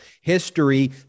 history